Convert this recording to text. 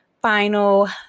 final